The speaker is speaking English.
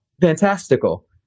Fantastical